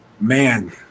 Man